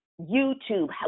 YouTube